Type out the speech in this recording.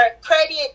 credit